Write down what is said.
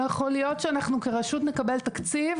לא יכול להיות שאנחנו כרשות נקבל תקציב,